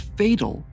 fatal